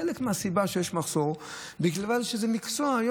חלק מהסיבה שיש מחסור היא מכיוון שזה מקצוע,